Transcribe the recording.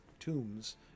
tombs